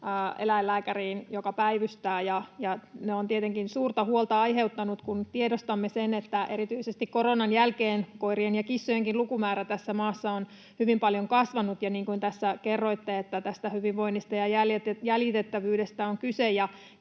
eläinlääkäriin, joka päivystää. Ne ovat tietenkin suurta huolta aiheuttaneet, kun tiedostamme sen, että erityisesti koronan jälkeen koirien ja kissojenkin lukumäärä tässä maassa on hyvin paljon kasvanut, ja niin kuin tässä kerroitte, hyvinvoinnista ja jäljitettävyydestä on kyse.